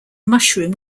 mushroom